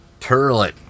Turlet